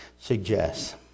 suggests